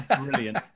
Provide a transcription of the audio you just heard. brilliant